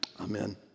Amen